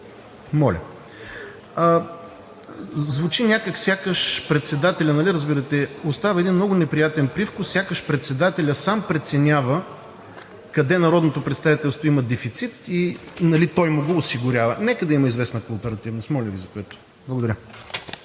на“. Звучи някак сякаш председателят, нали разбирате, остава един много неприятен привкус сякаш председателят сам преценява къде народното представителство има дефицит и той му го осигурява. Нека да има известна кооперативност, моля Ви, за което. Благодаря.